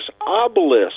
obelisk